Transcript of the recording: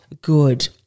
good